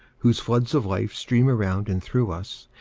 whose floods of life stream around and through us,